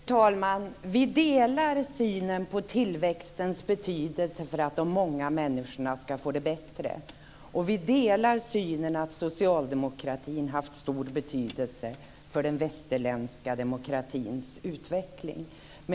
Fru talman! Vi delar synen på tillväxtens betydelse för att de många människorna ska få det bättre. Och vi delar synen att socialdemokratin haft stor betydelse för den västerländska demokratins utveckling.